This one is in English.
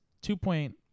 two-point